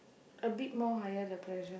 a bit more higher the pressure